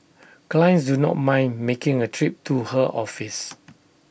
clients do not mind making A trip to her office